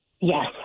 Yes